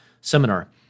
seminar